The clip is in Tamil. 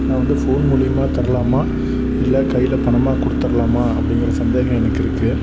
நான் வந்து ஃபோன் மூலிமா தரலாமா இல்லை கையில் பணமாக கொடுத்துர்லாமா அப்படிங்கிற சந்தேகம் எனக்கு இருக்குது